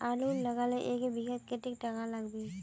आलूर लगाले एक बिघात कतेक टका लागबे?